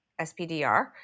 SPDR